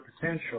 potential